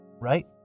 right